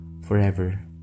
forever